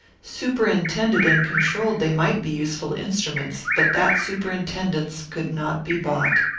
superintended and controlled, they might be useful instruments but that superintendence could not be bought.